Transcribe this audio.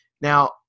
Now